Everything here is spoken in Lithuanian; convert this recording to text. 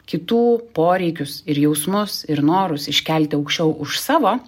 kitų poreikius ir jausmus ir norus iškelti aukščiau už savo